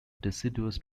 deciduous